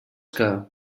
que